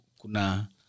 kuna